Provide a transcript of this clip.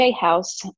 house